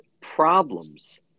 problems